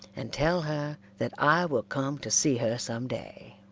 and tell her that i will come to see her some day.